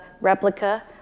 replica